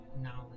knowledge